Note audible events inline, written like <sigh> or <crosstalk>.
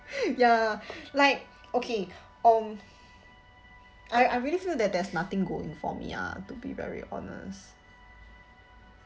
<breath> ya <breath> like okay um I I really feel that there's nothing going for me ah to be very honest <noise>